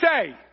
say